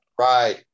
Right